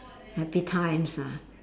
happy times ah